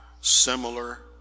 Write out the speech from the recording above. similar